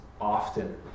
often